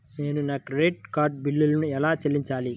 నేను నా credit card బిల్లును ఎలా చెల్లించాలీ?